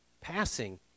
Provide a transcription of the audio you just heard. passing